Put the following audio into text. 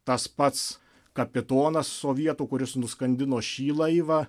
tas pats kapitonas sovietų kuris nuskandino šį laivą